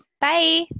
Bye